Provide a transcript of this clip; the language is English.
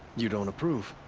you don't approve?